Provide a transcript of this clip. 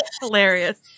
hilarious